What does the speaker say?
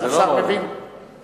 ואחרי 60 יום אתה חופשי.